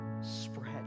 spread